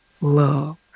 love